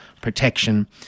protection